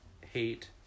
hate